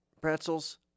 pretzels